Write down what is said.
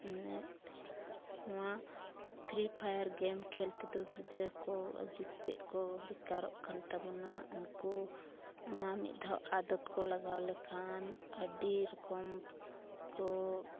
ᱢᱟᱱᱮ ᱱᱚᱣᱟ Free Fire game ᱠᱷᱮᱞ ᱛᱮᱫᱚ ᱜᱤᱫᱽᱨᱟᱹ ᱠᱚ ᱟᱹᱰᱤᱛᱮᱫ ᱠᱚ ᱵᱮᱠᱟᱨᱚᱜ ᱠᱟᱱ ᱛᱟᱵᱚᱱᱟ ᱩᱱᱠᱩ ᱚᱱᱟ ᱢᱤᱫ ᱫᱷᱟᱣ ᱟᱫᱚᱫ ᱠᱚ ᱞᱟᱜᱟᱣ ᱞᱮᱱᱠᱷᱟᱱ ᱟᱹᱰᱤ ᱨᱚᱠᱚᱢ ᱠᱚ